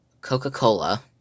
Coca-Cola